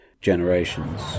generations